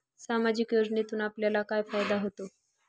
सामाजिक योजनेतून आपल्याला काय फायदा होतो?